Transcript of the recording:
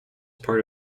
part